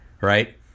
Right